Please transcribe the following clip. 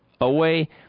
away